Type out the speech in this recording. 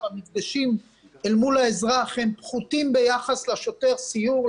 המפגשים אל מול האזרח הם פחותים ביחס לשוטר סיור,